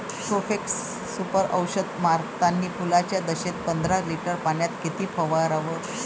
Profex Super औषध मारतानी फुलाच्या दशेत पंदरा लिटर पाण्यात किती फवाराव?